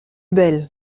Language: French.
belle